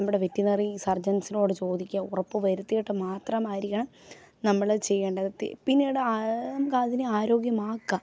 നമ്മുടെ വെറ്റിനറി സർജൻസിനോട് ചോദിക്കുക ഉറപ്പുവരുത്തിയിട്ട് മാത്രമായിരിക്കണം നമ്മള് ചെയ്യേണ്ടത് പിന്നീട് നമുക്കതിനെ ആരോഗ്യമാക്കാം